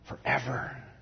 Forever